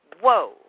Whoa